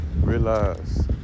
realize